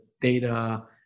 data